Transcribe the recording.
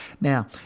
Now